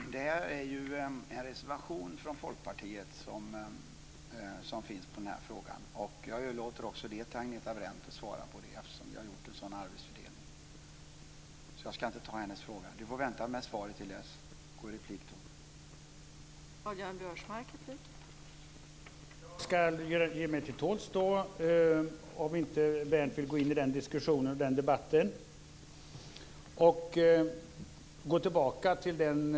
Fru talman! Det här är en reservation från Folkpartiet i den här frågan. Jag överlåter också den till Agneta Brendt, eftersom vi har gjort en sådan arbetsfördelning. Jag ska inte ta hennes fråga. Karl-Göran Biörsmark får vänta med svaret till dess hon kan svara. Begär replik då!